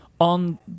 on